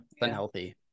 Unhealthy